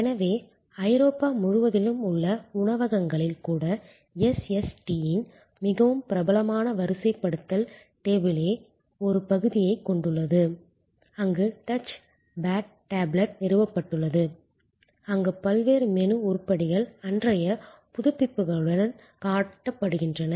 எனவே ஐரோப்பா முழுவதிலும் உள்ள உணவகங்களில் கூட SST இன் மிகவும் பிரபலமான வரிசைப்படுத்தல் டேபிளே ஒரு பகுதியைக் கொண்டுள்ளது அங்கு டச் பேட் டேப்லெட் நிறுவப்பட்டுள்ளது அங்கு பல்வேறு மெனு உருப்படிகள் அன்றைய புதுப்பிப்புகளுடன் காட்டப்படுகின்றன